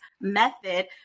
method